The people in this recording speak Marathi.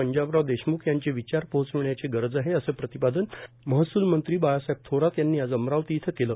पंजाबराव देशमुख यांचे विचार पोहोचविण्याची गरज आहे असं प्रतिपादन महसूल मंत्री बाळासाहेब थोरात यांनी आज अमरावती इथं केलं